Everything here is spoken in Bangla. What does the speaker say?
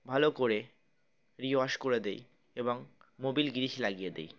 ভালো করে রিওয়াশ করে দিই এবং মোবিল গ্রিস লাগিয়ে দেিই